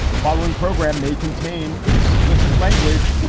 the following program may contain explicit language. but